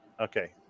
Okay